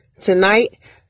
tonight